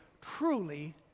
truly